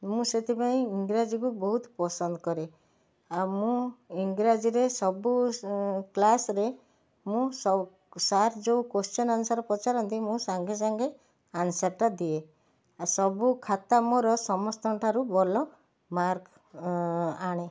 ମୁଁ ସେଥିପାଇଁ ଇଂରାଜୀକୁ ବହୁତ ପସନ୍ଦ କରେ ଆଉ ମୁଁ ଇଂରାଜୀରେ ସବୁ କ୍ଲାସ୍ରେ ମୁଁ ସାର୍ ଯେଉଁ କୋଶ୍ଚିନ୍ ଆନ୍ସର୍ ପଚାରନ୍ତି ମୁଁ ସାଙ୍ଗେସାଙ୍ଗେ ଆନ୍ସର୍ଟା ଦିଏ ଆଉ ସବୁ ଖାତା ମୋର ସମସ୍ତଙ୍କ ଠାରୁ ଭଲ ମାର୍କ୍ ଆଣେ